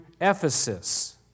Ephesus